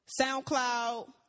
SoundCloud